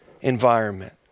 environment